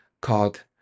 called